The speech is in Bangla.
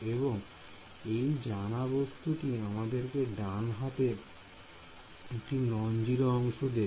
এবং এই জানা বস্তুটি আমাদেরকে ডান হাতে একটি নন জিরো অংশ দেবে